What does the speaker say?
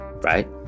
right